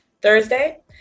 Thursday